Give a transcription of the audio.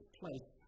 place